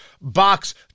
box